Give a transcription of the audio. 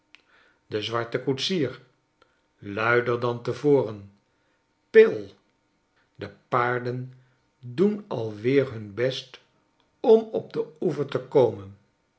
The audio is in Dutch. de zwarte koetsier luider dan te voren pill de paarden doen alweer hun best om op den oever te komen